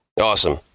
Awesome